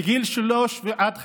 בגיל שלוש עד חמש,